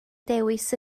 dewis